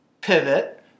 Pivot